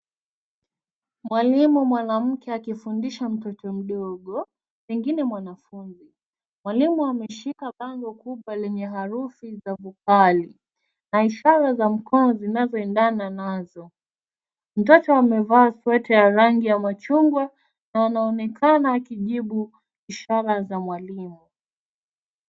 Mwalimu mwanamke akifundisha mtoto mdogo, pengine mwanafunzi. Mwalimu ameshika bango kubwa lenye herufi za vokali, na ishara za mkono zinazoendana nazo. Mtoto amevaa sweta ya rangi ya machungwa na anaonekana akijibu ishara za mwalimu.